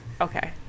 okay